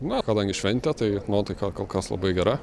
na kadangi šventė tai nuotaika kol kas labai gera